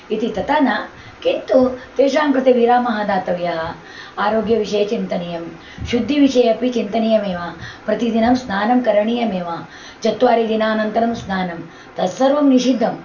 इति तथा न किन्तु तेषां कृते विरामः दातव्यः आरोग्यविषये चिन्तनीयं शुद्धिविषये अपि चिन्तनीयमेव प्रतिदिनं स्नानं करणीयमेव चत्वारि दिनानन्तरं स्नानं तत्सर्वं निषिद्धं